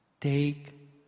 take